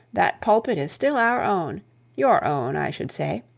that pulpit is still our own your own, i should say.